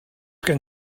gen